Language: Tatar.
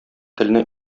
телне